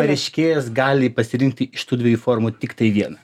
pareiškėjas gali pasirinkti iš tų dviejų formų tiktai vieną